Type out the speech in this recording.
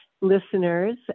listeners